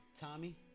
Tommy